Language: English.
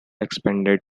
expanded